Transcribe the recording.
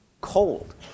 Cold